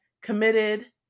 committed